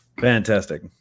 Fantastic